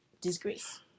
Disgrace